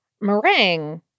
Meringue